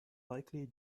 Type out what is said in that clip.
likely